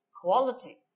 quality